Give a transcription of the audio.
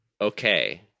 Okay